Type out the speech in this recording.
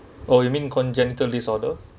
oh you mean congenital disorder